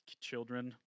children